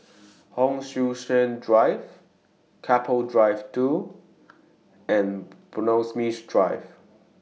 Hon Sui Sen Drive Keppel Drive two and Bloxhome Drive